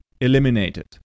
eliminated